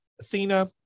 athena